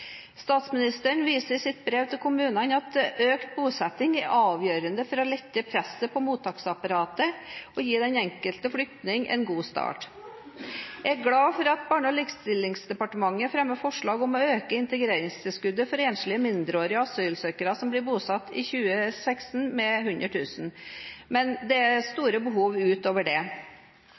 å lette presset på mottaksapparatet og gi den enkelte flyktning en god start. Jeg er glad for at Barne-, likestillings- og inkluderingsdepartementet fremmer forslag om å øke integreringstilskuddet for enslige mindreårige asylsøkere som blir bosatt i 2016, med 100 000 kr, men det er store behov utover det.